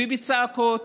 ובצעקות.